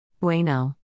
¡Bueno